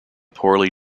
poorly